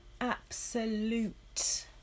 absolute